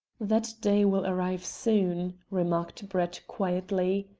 that day will arrive soon, remarked brett quietly.